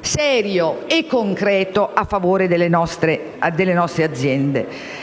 seria e concreta a favore delle nostre aziende.